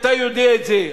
אתה יודע את זה.